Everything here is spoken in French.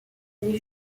les